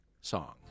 song